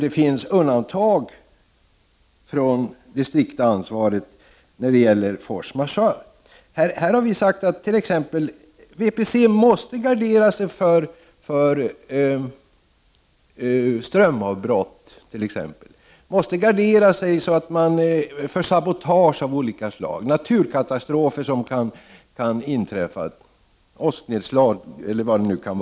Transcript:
Det finns ju undantag från det strikta ansvaret när det gäller force majeure. Vi har sagt att VPC måste gardera sig mot t.ex. strömavbrott, sabotage av olika slag och naturkatastrofer som kan inträffa, t.ex. åsknedslag.